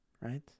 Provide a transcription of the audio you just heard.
right